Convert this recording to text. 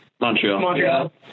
Montreal